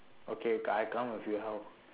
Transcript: okay I come with you how